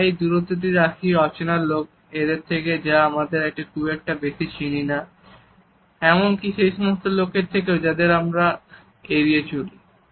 আমরা এই দূরত্ব বজায় রাখি অচেনা লোক এদের থেকে বা যাদেরকে আমরা খুব একটা বেশি চিনি না এমনকি সেই সমস্ত লোকদের থেকেও যাদেরকে আমরা এড়িয়ে চলি